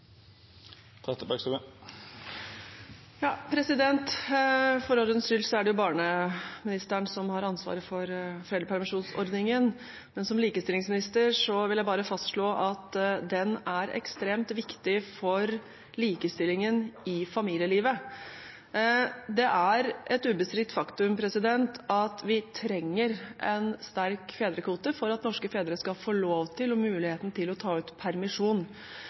For ordens skyld: Det er barneministeren som har ansvaret for foreldrepermisjonsordningen, men som likestillingsminister vil jeg bare fastslå at den er ekstremt viktig for likestillingen i familielivet. Det er et ubestridt faktum at vi trenger en sterk fedrekvote for at norske fedre skal få lov til og muligheten til å ta ut permisjon.